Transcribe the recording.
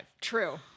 True